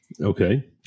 Okay